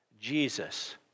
Jesus